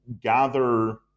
gather